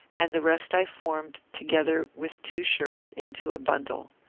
and the rest i formed, together with two shirts, into a bundle.